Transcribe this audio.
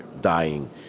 dying